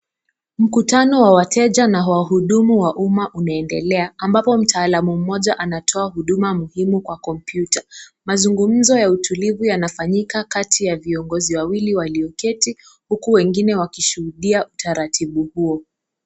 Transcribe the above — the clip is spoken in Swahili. Mkutano wa wateja na wahudumu wa umma unaendelea. Ambapo mtaalamu mmoja anatoa huduma muhimu kwa komputa. Mazungumzo ya utulivu yanafanyika kati ya viongozi wawili walioketi huku wengine wakishuhudia utaratibu huo.